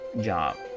job